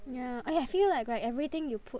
ya oh I feel like everything you put